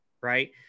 right